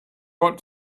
want